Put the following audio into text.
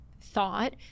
thought